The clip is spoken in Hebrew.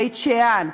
בית-שאן,